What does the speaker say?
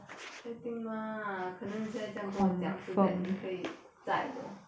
确定 mah 可能你现在是这样讲 so that 你可以载我